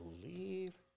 believe